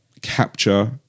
capture